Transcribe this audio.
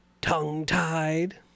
tongue-tied